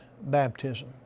baptism